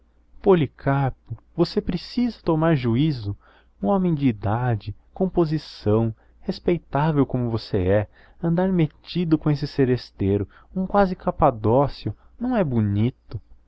policarpo você precisa tomar juízo um homem de idade com posição respeitável como você é andar metido com esse seresteiro um quase capadócio não é bonito